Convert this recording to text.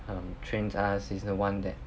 um trains us he's the one that um